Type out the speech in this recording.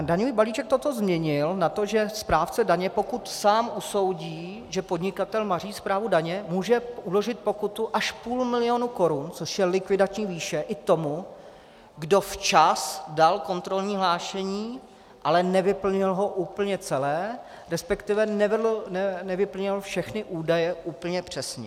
Daňový balíček toto změnil na to, že správce daně, pokud sám usoudí, že podnikatel maří správu daně, může uložit pokutu až půl milionu korun, což je likvidační výše, i tomu, kdo včas dal kontrolní hlášení, ale nevyplnil ho úplně celé, resp. nevyplnil všechny údaje úplně přesně.